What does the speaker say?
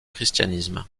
christianisme